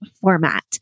format